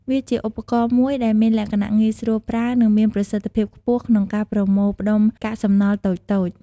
វាជាឧបករណ៍មួយដែលមានលក្ខណៈងាយស្រួលប្រើ និងមានប្រសិទ្ធភាពខ្ពស់ក្នុងការប្រមូលផ្តុំកាកសំណល់តូចៗ។